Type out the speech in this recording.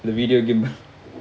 the video gimbal